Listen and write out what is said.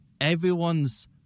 everyone's